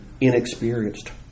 inexperienced